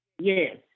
Yes